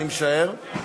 אני משער.